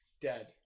Dead